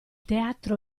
teatro